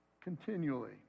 continually